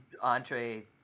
entree